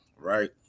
right